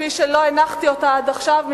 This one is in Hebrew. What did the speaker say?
כפי שלא הנחתי אותה עד עכשיו,